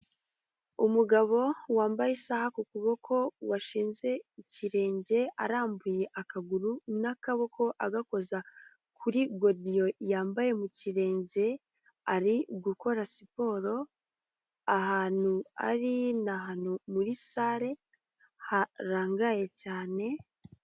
Umugabo wambaye isaha ku kuboko washinze ikirenge arambuye akaguru n'akaboko agakoza kuri godiyo yambaye mu kirenge, ari gukora siporo ahantu ari ni ahantu muri salle harangaye cyane.